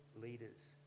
leaders